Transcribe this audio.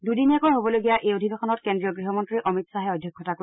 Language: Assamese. দুদিনীয়াকৈ হ'বলগীয়া এই অধিবেশনত কেন্দ্ৰীয় গৃহমন্ত্ৰী অমিত খাহে অধ্যক্ষতা কৰিব